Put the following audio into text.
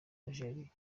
algérie